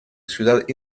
ciudad